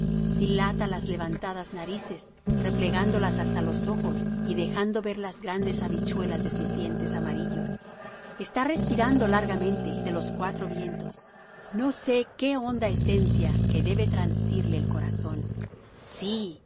dilata las levantadas narices replegándolas hasta los ojos y dejando ver las grandes habichuelas de sus dientes amarillos está respirando largamente de los cuatro vientos no sé qué honda esencia que debe transirle el corazón sí